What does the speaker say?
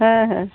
ᱦᱮᱸ ᱦᱮᱸ